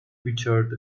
featured